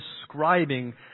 describing